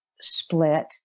split